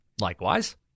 Likewise